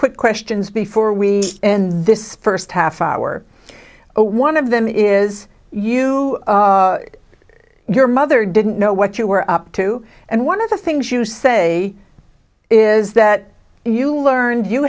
quick questions before we end this first half hour one of them is you your mother didn't know what you were up to and one of the things you say is that you learned you